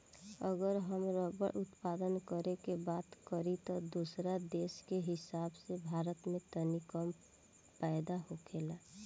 अगर हम रबड़ उत्पादन करे के बात करी त दोसरा देश के हिसाब से भारत में तनी कम पैदा होखेला